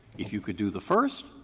if you could do the first,